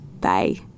Bye